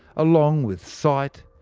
along with sight,